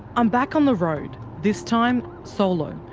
i'm back on the road, this time solo.